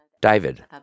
David